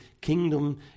kingdom